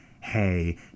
hey